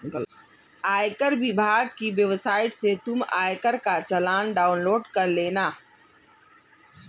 आयकर विभाग की वेबसाइट से तुम आयकर का चालान डाउनलोड कर लेना